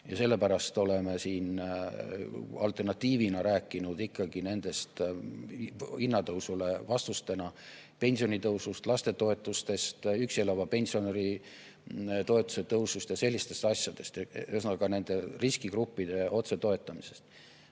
Ja sellepärast oleme siin alternatiivina rääkinud hinnatõusule vastusena pensionitõusust, lastetoetustest, üksi elava pensionäri toetuse tõusust ja sellistest asjadest. Ühesõnaga, nende riskigruppide otsetoetamisest.